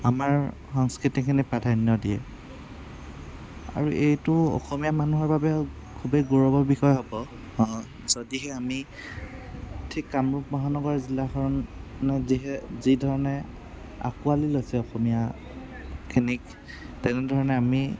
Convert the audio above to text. আমাৰ সংস্কৃতিখিনি প্ৰাধান্য দিয়ে আৰু এইটো অসমীয়া মানুহৰ বাবে খুবেই গৌৰৱৰ বিষয় হ'ব যদিহে আমি ঠিক কামৰূপ মহানগৰ জিলাখনত যিহে যি ধৰণে আঁকোৱালি লৈছে অসমীয়াখিনিক তেনেধৰণে আমি